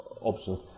options